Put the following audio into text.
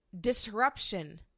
disruption